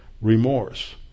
remorse